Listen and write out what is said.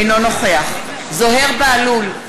אינו נוכח זוהיר בהלול,